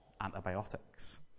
Antibiotics